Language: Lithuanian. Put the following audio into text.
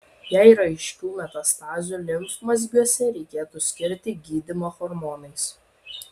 jei yra aiškių metastazių limfmazgiuose reikėtų skirti gydymą hormonais